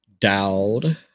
Dowd